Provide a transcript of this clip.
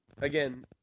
again